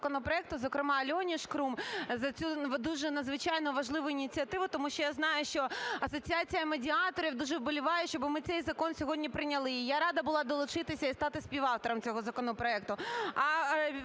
зокремаАльоні Шкрум, за цю дуже надзвичайно важливу ініціативу. Тому що я знаю, що Асоціація медіаторів дуже вболіває, щоби ми цей закон сьогодні прийняли. І я рада була долучитися і стати співавтором. А виступити